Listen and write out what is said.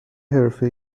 حرفه